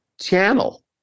channel